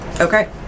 Okay